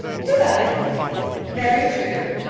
did i very true,